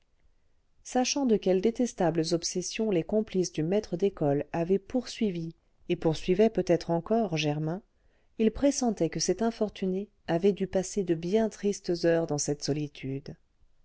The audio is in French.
sachant de quelles détestables obsessions les complices du maître d'école avaient poursuivi et poursuivaient peut-être encore germain il pressentait que cet infortuné avait dû passer de bien tristes heures dans cette solitude